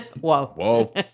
whoa